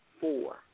four